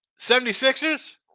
76ers